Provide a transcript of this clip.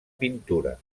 pintura